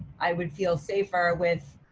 i would feel safer with,